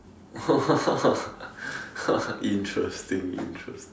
!wah! interesting interesting